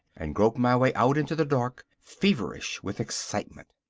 and groped my way out into the dark, feverish with excitement.